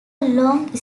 long